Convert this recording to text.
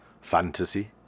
Fantasy